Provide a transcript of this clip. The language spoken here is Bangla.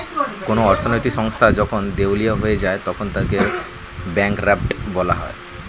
কোন অর্থনৈতিক সংস্থা যখন দেউলিয়া হয়ে যায় তখন তাকে ব্যাঙ্করাপ্ট বলা হয়